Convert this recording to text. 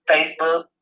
Facebook